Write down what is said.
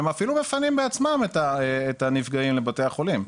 הם אפילו מפנים בעצמם את הנפגעים לבתי חולים.